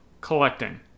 collecting